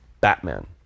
Batman